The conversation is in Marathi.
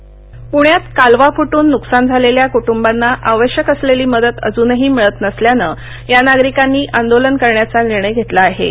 कालवाः प्ण्यात कालवा फुटून नुकसान झालेल्या कुटुंबांना आवश्यक असलेली मदत अजूनही मिळत नसल्याने या नागरिकांनी आंदोलन करण्याचा निर्णय घेतला आहे